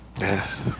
Yes